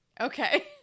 Okay